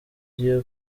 aho